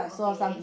okay